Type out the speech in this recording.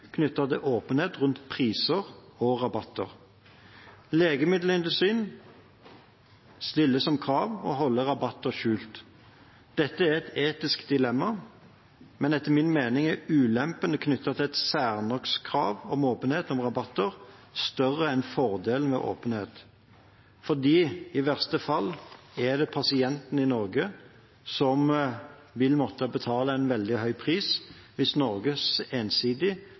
til åpenhet rundt priser og rabatter. Legemiddelindustrien stiller som krav å holde rabatter skjult. Dette er et etisk dilemma, men etter min mening er ulempene knyttet til et særnorsk krav om åpenhet om rabatter større enn fordelene ved åpenhet. I verste fall er det pasientene i Norge som vil måtte betale en veldig høy pris hvis Norge ensidig